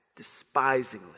despisingly